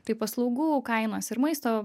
tai paslaugų kainos ir maisto